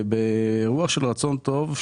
באירוע של רצון טוב,